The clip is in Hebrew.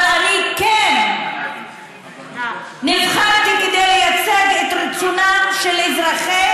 אבל אני כן נבחרתי כדי לייצג את רצונם של אזרחי